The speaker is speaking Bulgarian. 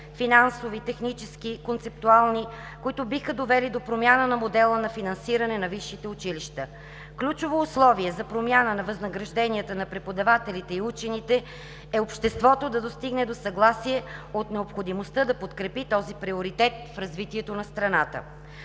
финансови, технически, концептуални, които биха довели до промяна на модела на финансиране на висшите училища. Ключово условие за промяна на възнагражденията на преподавателите и учените е обществото да достигне до съгласие от необходимостта да подкрепи този приоритет в развитието на страната.